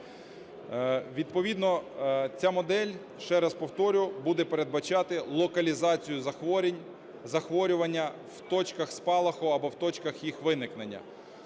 Відповідно ця модель, ще раз повторю, буде передбачати локалізацію захворювання в точках спалаху або в точках їх виникнення.